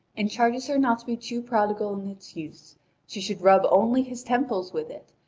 and charges her not to be too prodigal in its use she should rub only his temples with it,